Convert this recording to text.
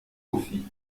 aussi